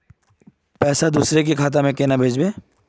पैसा दूसरे के खाता में केना भेजबे?